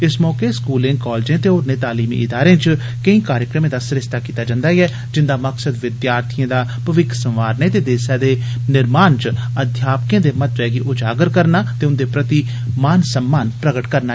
इस मौके स्कूलें कालजें ते होरनें तलीमी इदारें च केई कार्यक्रमें दा सरिस्ता कोता जंदा ऐ जिंदा मकसद विद्यार्थियें दा भविक्ख सवाने ते देसै दे निर्माण च अध्यापक दे महत्वै गी उजागर करना ते उंदे प्रति सम्मान प्रगट करना ऐ